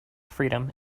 freedom